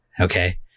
Okay